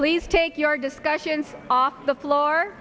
please take your discussions off the floor